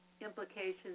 implications